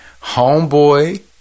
homeboy